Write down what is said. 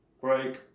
Break